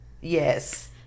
Yes